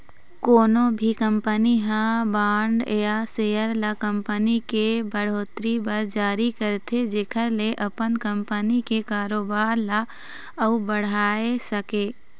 कोनो भी कंपनी ह बांड या सेयर ल कंपनी के बड़होत्तरी बर जारी करथे जेखर ले अपन कंपनी के कारोबार ल अउ बढ़ाय सकय